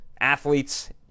athletes